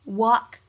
walk